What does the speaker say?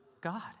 God